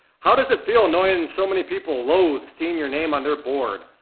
how does it feel knowing so many people loathe seeing your name on their board?